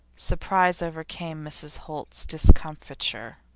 surprise overcame mrs. holt's discomfiture.